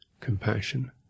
compassion